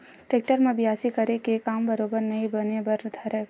tractor म बियासी करे के काम बरोबर नइ बने बर धरय गा